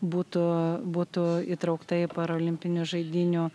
būtų būtų įtraukta į parolimpinių žaidynių